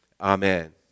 Amen